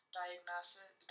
diagnosis